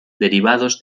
derivados